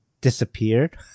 disappeared